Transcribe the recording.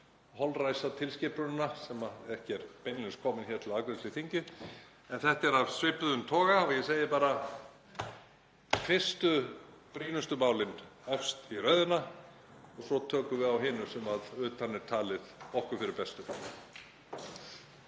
holræsatilskipunina sem ekki er beinlínis komin hér til afgreiðslu í þinginu. En þetta er af svipuðum toga. Ég segi bara: Fyrst brýnustu málin efst í röðina og svo tökum við á hinu sem að utan er talið okkur fyrir bestu.